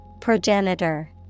Progenitor